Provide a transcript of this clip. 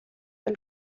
del